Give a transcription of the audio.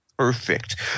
Perfect